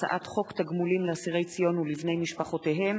הצעת חוק תגמולים לאסירי ציון ולבני משפחותיהם